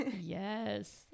Yes